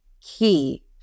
key